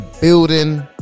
building